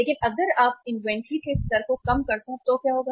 लेकिन अगर आप इन्वेंट्री के स्तर को कम करते हैं तो क्या होगा